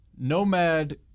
Nomad